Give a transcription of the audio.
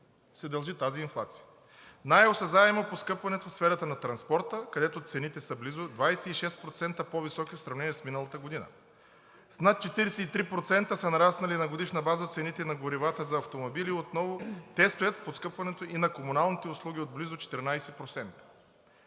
се дължи на тази инфлация. Най-осезаемо е поскъпването в сферата на транспорта, където цените са близо 26% по-високи в сравнение с миналата година. С над 43% са нараснали на годишна база цените на горивата за автомобили, отново те стоят в поскъпването и на комуналните услуги от близо 14%.